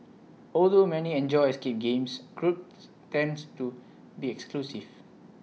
although many enjoy escape games groups tends to be exclusive